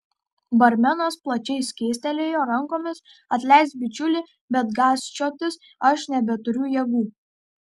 barmenas plačiai skėstelėjo rankomis atleisk bičiuli bet gąsčiotis aš nebeturiu jėgų